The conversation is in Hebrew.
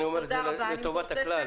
אני אומר את זה לטובת הכלל,